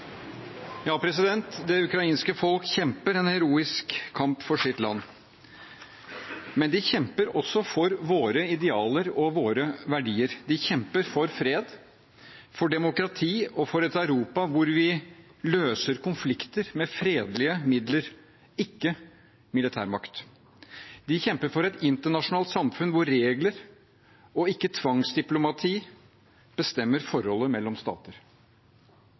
Det ukrainske folk kjemper en heroisk kamp for sitt land, men de kjemper også for våre idealer og våre verdier. De kjemper for fred, for demokrati og for et Europa hvor vi løser konflikter med fredelige midler, ikke militærmakt. De kjemper for et internasjonalt samfunn hvor regler, ikke tvangsdiplomati, bestemmer forholdet mellom stater.